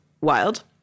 wild